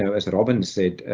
so as robin said,